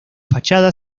fachada